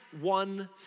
one